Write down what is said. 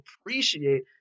appreciate